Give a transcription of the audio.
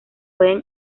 pueden